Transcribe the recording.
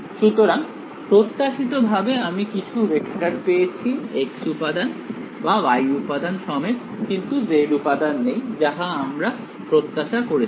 সুতরাং প্রত্যাশিত ভাবে আমি কিছু ভেক্টর পেয়েছি x উপাদান বা y উপাদান সমেত কিন্তু z উপাদান নেই যাহা আমরা প্রত্যাশা করেছিলাম